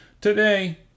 Today